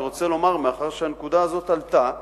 אני רוצה לומר, מאחר שהנקודה הזאת עלתה,